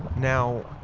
now,